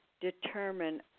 determine